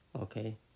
okay